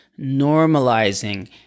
normalizing